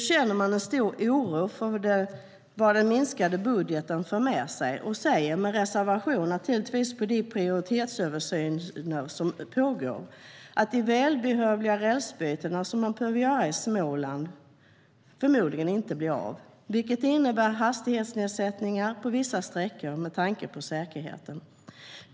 Det innebär hastighetnedsättningar på vissa sträckor med tanke på säkerheten.